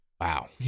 Wow